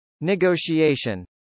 Negotiation